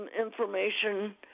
information